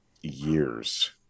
years